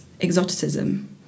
exoticism